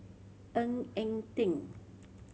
Ng Eng Teng